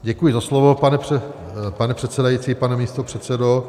Děkuji za slovo, pane předsedající, pane místopředsedo.